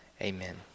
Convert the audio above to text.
Amen